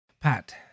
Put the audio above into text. Pat